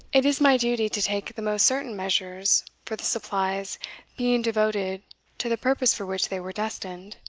it is my duty to take the most certain measures for the supplies being devoted to the purpose for which they were destined